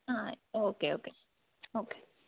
ആ okay okay okay